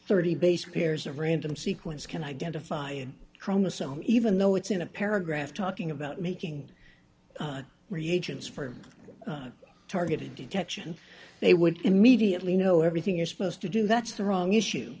thirty base pairs of random sequence can identify and chromosome even though it's in a paragraph talking about making regions for targeted detection they would immediately know everything you're supposed to do that's the wrong issue